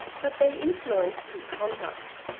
but they influenced his conduct.